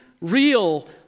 real